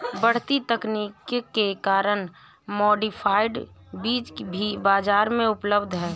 बढ़ती तकनीक के कारण मॉडिफाइड बीज भी बाजार में उपलब्ध है